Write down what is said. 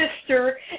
sister